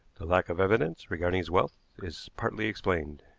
the lack of evidence regarding his wealth is partly explained.